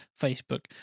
Facebook